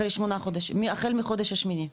אחרי שמונה חודשים, החל מהחודש השמיני.